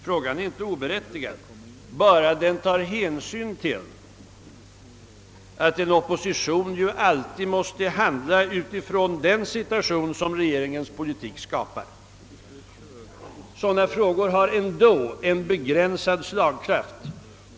Frågorna är inte oberättigade, bara de tar hänsyn till att en opposition ju alltid måste handla utifrån den situation som regeringens politik skapar. De har en begränsad slagkraft.